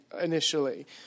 initially